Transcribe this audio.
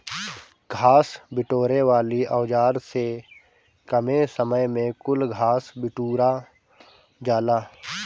घास बिटोरे वाली औज़ार से कमे समय में कुल घास बिटूरा जाला